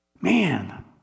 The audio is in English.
Man